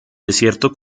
desierto